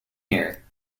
here